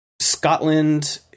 Scotland